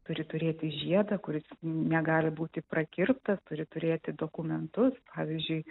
turi turėti žiedą kuris negali būti prakirptas turi turėti dokumentus pavyzdžiui